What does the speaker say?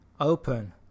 open